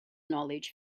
knowledge